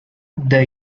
the